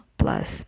plus